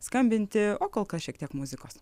skambinti o kol kas šiek tiek muzikos